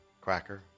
cracker